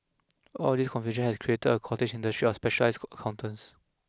all of this confusion has created a cottage industry of specialised accountants